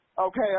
okay